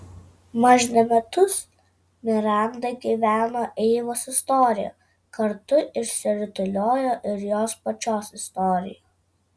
mažne metus miranda gyveno eivos istorija kartu išsirutuliojo ir jos pačios istorija